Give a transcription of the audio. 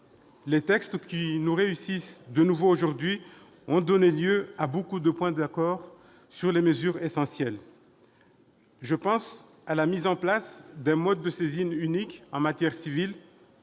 les textes qui nous réunissent de nouveau aujourd'hui ont donné lieu à beaucoup de points d'accord sur des mesures essentielles. Je pense à la mise en place d'un mode de saisine unique en matière civile,